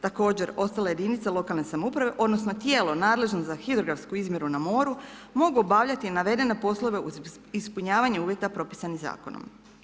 Također, ostale jedinice lokalne samouprave odnosno tijelo nadležno za hidrografsku izmjeru na moru mogu obavljati navedene poslove uz ispunjavanje uvjeta propisanih zakonom.